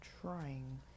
trying